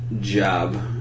job